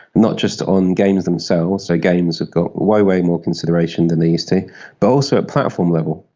not just on games themselves, so games have got way, way more consideration than they used to, but also at platform level.